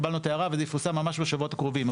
קיבלנו את ההערה וזה יפורסם ממש בשבועות הקרובים,